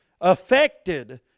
affected